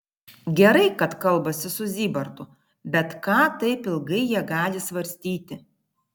gerai kad kalbasi su zybartu bet ką taip ilgai jie gali svarstyti